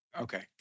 Okay